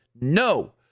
no